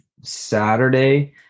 Saturday